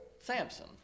Samson